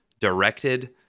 directed